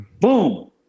Boom